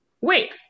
wait